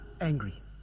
angry